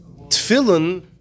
tefillin